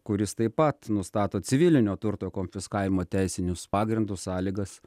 kuris taip pat nustato civilinio turto konfiskavimo teisinius pagrindus sąlygas